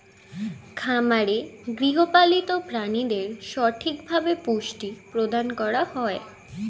খামারে গৃহপালিত প্রাণীদের সঠিকভাবে পুষ্টি প্রদান করা হয়